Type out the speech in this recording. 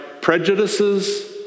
prejudices